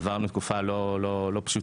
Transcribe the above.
עברנו תקופה לא פשוטה.